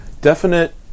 definite